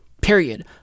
Period